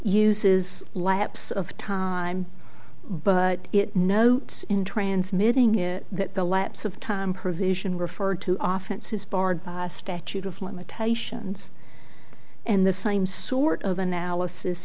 uses lapse of time but it notes in transmitting it that the lapse of time provision referred to often says barred by statute of limitations and the same sort of analysis